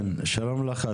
כן, שלום לך.